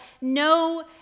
no